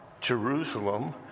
Jerusalem